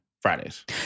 Fridays